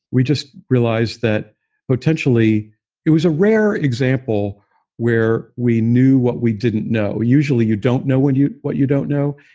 we just realized that potentially it was a rare example where we knew what we didn't know usually, you don't know what you what you don't know.